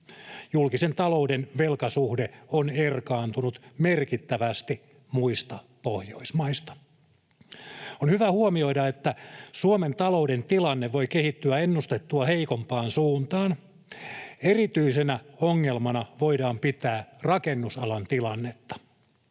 Julkisen talouden velkasuhde on erkaantunut merkittävästi muista Pohjoismaista. On hyvä huomioida, että Suomen talouden tilanne voi kehittyä ennustettua heikompaan suuntaan. Erityisenä ongelmana voidaan pitää rakennusalan tilannetta,